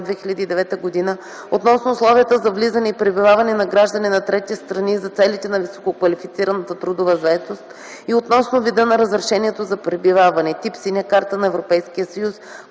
2009 г. относно условията за влизане и пребиваване на граждани на трети страни за целите на висококвалифицираната трудова заетост и относно вида на разрешението за пребиваване – тип „синя карта на Европейския съюз”,